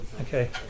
Okay